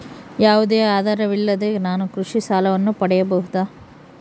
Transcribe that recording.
ಯಾವುದೇ ಆಧಾರವಿಲ್ಲದೆ ನಾನು ಕೃಷಿ ಸಾಲವನ್ನು ಪಡೆಯಬಹುದಾ?